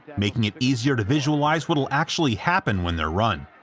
making it easier to visualize what'll actually happen when they're run.